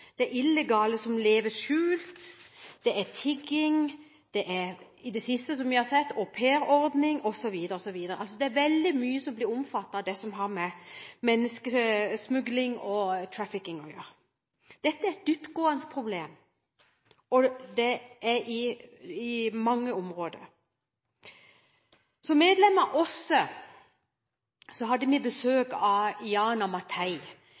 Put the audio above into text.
er illegale som lever skjult, det er tigging, det er – som vi har sett i det siste – au pair-ordning osv., osv. Det er veldig mye som blir omfattet av det som har med menneskesmugling og trafficking å gjøre. Dette er et dyptgående problem, og det gjelder på mange områder. Som medlem av OSSE hadde vi